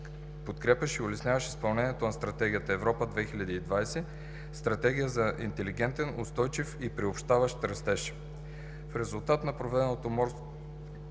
подкрепящ и улесняващ изпълнението на Стратегията „Европа 2020“, стратегия за интелигентен, устойчив и приобщаващ растеж“. В резултат на провежданото морско